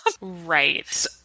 Right